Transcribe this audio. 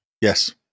Yes